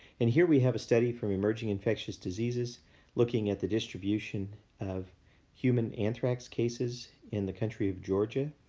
and here we have a study from emerging infectious diseases looking at the distribution of human anthrax cases in the country of georgia.